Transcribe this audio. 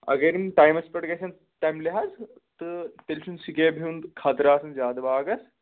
اگر یِم ٹایمَس پٮ۪ٹھ گژھن تَمہِ لحاظ تہٕ تیٚلہِ چھُنہٕ سکیبہِ ہُنٛد خطرٕ آسان زیادٕ باغَس